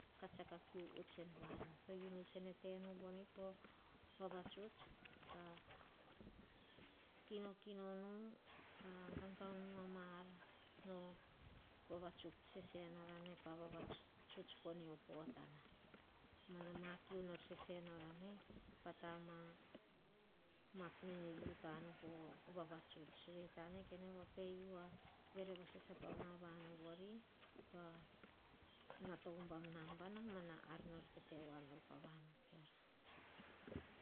Kah tsiako a kiu huts en vanu. Unu tsene tenu vone po vavatuts. Kinokino nu, kah gagaun nu ah maar no vavatuts seseno, poh vavatuts po mio potana mana ma kiu nol sese nor ane pata ah ma mak nene u tanu poh vavatuts. Vei tane, ene va pe upa vere vasasa pah mia vanu. Pa nata oh ubam nabana. Pa ar nor tete voa nor pavanu peor